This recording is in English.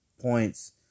points